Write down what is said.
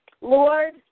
Lord